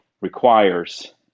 requires